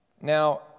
Now